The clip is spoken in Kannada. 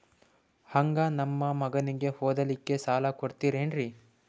ಹಂಗ ನಮ್ಮ ಮಗನಿಗೆ ಓದಲಿಕ್ಕೆ ಸಾಲ ಕೊಡ್ತಿರೇನ್ರಿ?